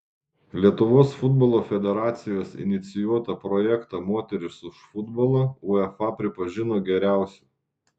lietuvos futbolo federacijos inicijuotą projektą moterys už futbolą uefa pripažino geriausiu